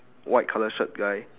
white colour shirt guy